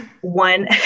one